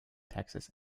texas